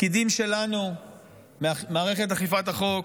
הפקידים שלנו ממערכת אכיפת החוק,